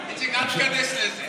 איציק, אל תיכנס לזה.